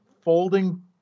folding